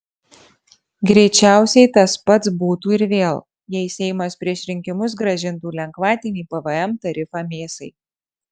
greičiausiai tas pats būtų ir vėl jei seimas prieš rinkimus grąžintų lengvatinį pvm tarifą mėsai